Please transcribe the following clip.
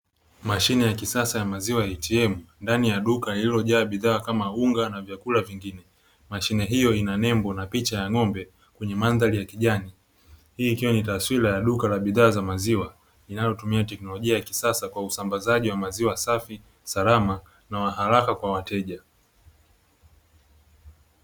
Mashine ya kisasa ya maziwa ya ATM ndani ya duka liliojaa bidhaa kama unga na vyakula vingine. Mashine hiyo ina nembo na picha ya ng'ombe kwenye mandhari ya kijani. Hii ikiwa ni taswira ya duka la bidhaa za maziwa linalotumia teknolojia ya kisasa kwa usambazaji wa bidhaa safi, salama na wa haraka kwa wateja.